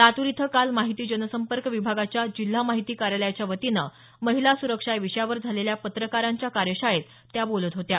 लातूर इथं काल माहिती जनसंपर्क विभागाच्या जिल्हा माहिती कार्यालयाच्या वतीनं महिला सुरक्षा या विषयावर झालेल्या पत्रकारांच्या कार्यशाळेत त्या बोलत होत्या